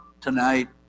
tonight